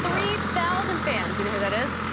three thousand fans. you know who that is?